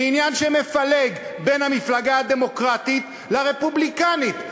לעניין שמפלג בין המפלגה הדמוקרטית לרפובליקנית.